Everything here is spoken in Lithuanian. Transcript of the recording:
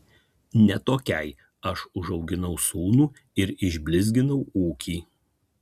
ne tokiai aš užauginau sūnų ir išblizginau ūkį